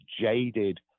jaded